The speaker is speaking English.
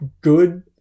good